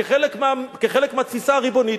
כחלק מהתפיסה הריבונית,